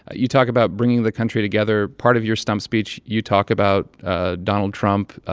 ah you talk about bringing the country together. part of your stump speech, you talk about ah donald trump,